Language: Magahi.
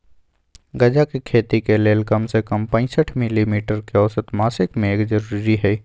गजा के खेती के लेल कम से कम पैंसठ मिली मीटर के औसत मासिक मेघ जरूरी हई